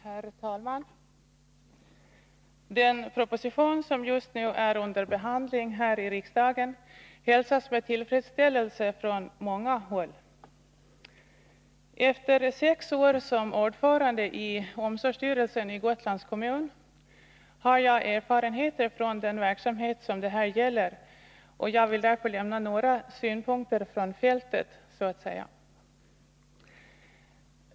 Herr talman! Den proposition som just nu är under behandling här i riksdagen hälsas med tillfredsställelse från många håll. Efter sex år som ordförande i omsorgsstyrelsen i Gotlands kommun har jag erfarenheter från den verksamhet som det här gäller, och jag vill därför lämna några synpunkter från fältet så att säga.